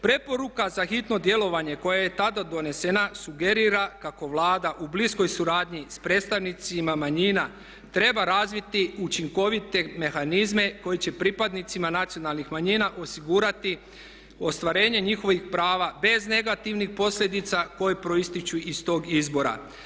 Preporuka za hitno djelovanje koje je tada donesena sugerira kako Vlada u bliskoj suradnji s predstavnicima manjina treba razviti učinkovite mehanizme koji će pripadnicima nacionalnih manjina osigurati ostvarenje njihovih prava bez negativnih posljedica koje proističu iz tog izbora.